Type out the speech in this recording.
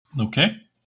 Okay